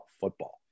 football